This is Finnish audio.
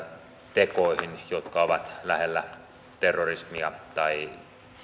tekoihin jotka ovat lähellä terrorismia tai